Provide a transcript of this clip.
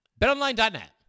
Betonline.net